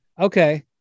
Okay